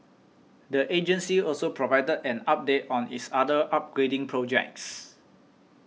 the agency also provided an update on its other upgrading projects